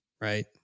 right